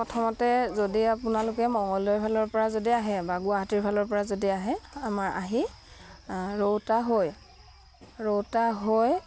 প্ৰথমতে যদি আপোনালোকে মঙগলদৈৰফালৰপৰা যদি আহে বা গুৱাহাটীৰফালৰপৰা যদি আহে আমাৰ আহি ৰৌতা হয় ৰৌতা হৈ